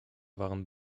waren